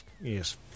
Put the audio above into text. Yes